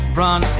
run